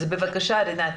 בבקשה, רינת.